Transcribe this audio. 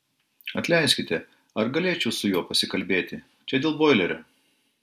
atleiskite ar galėčiau su juo pasikalbėti čia dėl boilerio